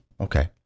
Okay